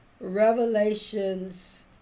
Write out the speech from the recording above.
Revelations